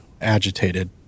agitated